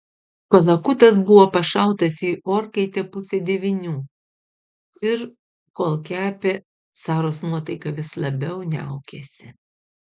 kalakutas buvo pašautas į orkaitę pusę devynių ir kol kepė saros nuotaika vis labiau niaukėsi